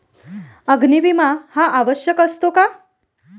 अग्नी विमा हा आवश्यक असतो का?